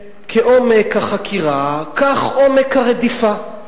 אני אגיד שכעומק החקירה כך עומק הרדיפה.